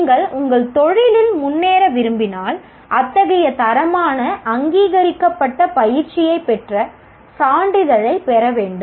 நீங்கள் உங்கள் தொழிலில் முன்னேற விரும்பினால் அத்தகைய தரமான அங்கீகரிக்கப்பட்ட பயிற்சியை பெற்று சான்றிதழை பெற வேண்டும்